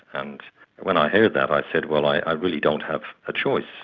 and when i heard that i said, well, i really don't have a choice,